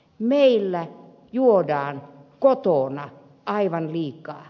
meillä juodaan kotona aivan liikaa